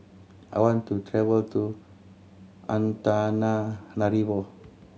I want to travel to Antananarivo